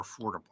affordable